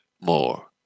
more